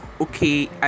okay